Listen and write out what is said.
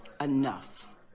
Enough